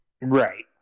Right